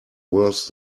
worse